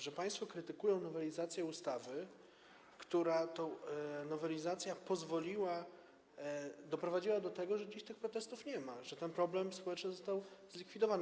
że państwo krytykują nowelizację ustawy, która to nowelizacja doprowadziła do tego, że dziś tych protestów nie ma, że ten problem społeczny został zlikwidowany.